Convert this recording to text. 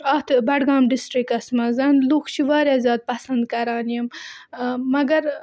اَتھ بڈگام ڈِسٹرٛکَس منٛز لُکھ چھِ واریاہ زیادٕ پَسنٛد کَران یِم مگر